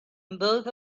both